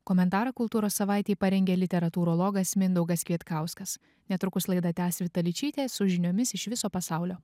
komentarą kultūros savaitei parengė literatūrologas mindaugas kvietkauskas netrukus laidą tęs vita ličytė su žiniomis iš viso pasaulio